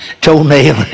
toenail